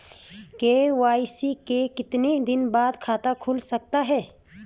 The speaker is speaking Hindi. के.वाई.सी के कितने दिन बाद खाता खुल सकता है?